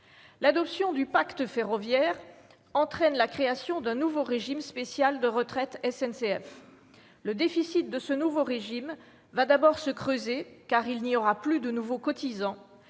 L'adoption du pacte ferroviaire entraîne la création d'un nouveau régime spécial de retraite SNCF. Le déficit de ce nouveau régime va d'abord se creuser, car il n'y aura plus de nouveaux cotisants,